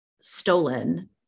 stolen